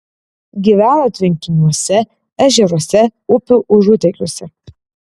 gyvena tvenkiniuose ežeruose upių užutėkiuose